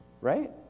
right